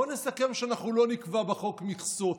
בואו נסכם שאנחנו לא נקבע בחוק מכסות.